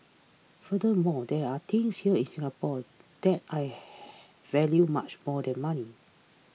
furthermore there are things here in Singapore that I ha value much more than money